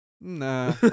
Nah